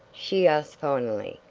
she asked finally.